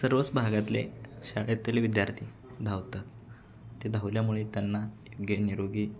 सर्वच भागातले शाळेतले विद्यार्थी धावतात ते धावल्यामुळे त्यांना योग्य निरोगी